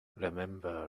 remember